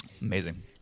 Amazing